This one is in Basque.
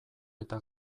eta